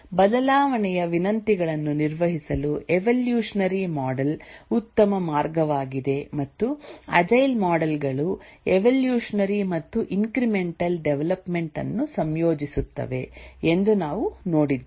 ಬದಲಾವಣೆಯ ವಿನಂತಿಗಳನ್ನು ನಿರ್ವಹಿಸಲು ಎವೊಲ್ಯೂಷನರಿ ಮಾಡೆಲ್ ಉತ್ತಮ ಮಾರ್ಗವಾಗಿದೆ ಮತ್ತು ಅಜೈಲ್ ಮಾಡೆಲ್ ಗಳು ಎವೊಲ್ಯೂಷನರಿ ಮತ್ತು ಇಂಕ್ರಿಮೆಂಟಲ್ ಡೆವಲಪ್ಮೆಂಟ್ ಅನ್ನು ಸಂಯೋಜಿಸುತ್ತವೆ ಎಂದು ನಾವು ನೋಡಿದ್ದೇವೆ